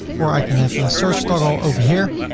or i can have a search toggle over here,